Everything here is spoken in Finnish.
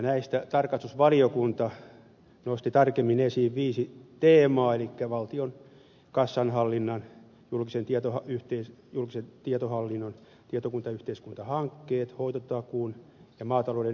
näistä tarkastusvaliokunta nosti tarkemmin esiin viisi teemaa elikkä valtion kassanhallinnan julkisen tietohallinnon tietoyhteiskuntahankkeet hoitotakuun ja maatalouden ympäristötuen